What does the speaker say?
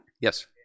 Yes